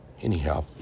Anyhow